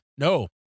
No